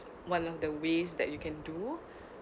one of the ways that you can do